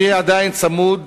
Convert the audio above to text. אני עדיין צמוד